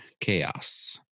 Chaos